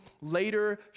later